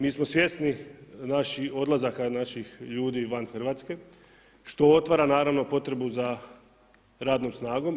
Mi smo svjesni odlazaka naših ljudi van Hrvatske, što otvara naravno potrebu za radnom snagom.